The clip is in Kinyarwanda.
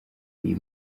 uyu